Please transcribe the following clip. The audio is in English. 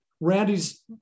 Randy's